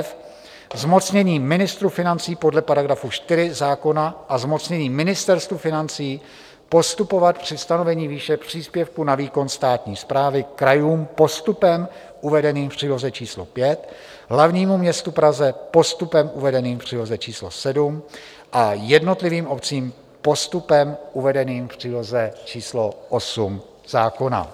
f) zmocnění ministru financí podle § 4 zákona a zmocnění Ministerstvu financí postupovat při stanovení výše příspěvku na výkon státní správy krajům postupem uvedeným v příloze číslo 5, hlavnímu městu Praze postupem uvedeným v příloze číslo 7 a jednotlivým obcím postupem uvedeným v příloze číslo 8 zákona.